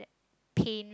pain